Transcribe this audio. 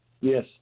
Yes